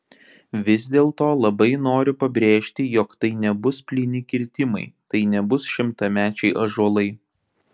vis dėlto labai noriu pabrėžti jog tai nebus plyni kirtimai tai nebus šimtamečiai ąžuolai